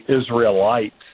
Israelites